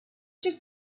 just